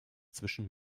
zwischen